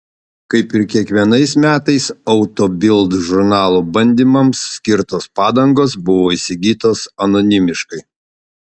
kaip ir kiekvienais metais auto bild žurnalo bandymams skirtos padangos buvo įsigytos anonimiškai